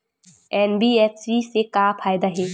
NBFC से का फ़ायदा हे?